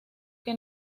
que